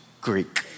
Greek